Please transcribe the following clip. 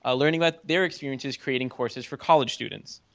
ah learning about their experiences creating courses for college students.